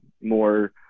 more